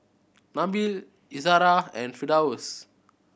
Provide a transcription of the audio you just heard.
Nabil Izara and Firdaus